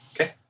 Okay